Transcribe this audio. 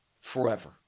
forever